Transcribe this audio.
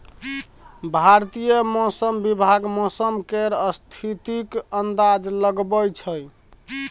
भारतीय मौसम विभाग मौसम केर स्थितिक अंदाज लगबै छै